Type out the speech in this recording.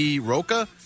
Roca